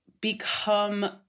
become